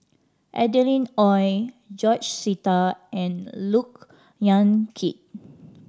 Adeline Ooi George Sita and Look Yan Kit